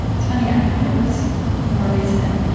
it's funny, i thought it was more recent.